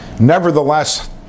Nevertheless